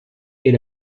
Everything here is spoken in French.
est